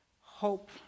hope